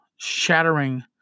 shattering